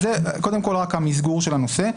זה רק המסגור של הנושא.